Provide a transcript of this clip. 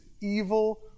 evil